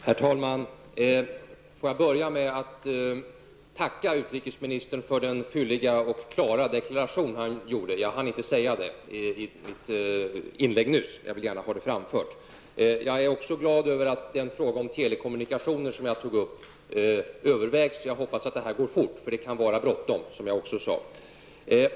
Herr talman! Får jag börja med att tacka utrikesministern för den fylliga och klara deklaration han gjorde. Jag hann inte säga det i mitt inlägg nyss. Jag vill gärna ha det framfört. Jag är också glad över att frågan om telekommunikationer, som jag tog upp, övervägs. Jag hoppas att det går fort eftersom det kan vara bråttom, som jag sade.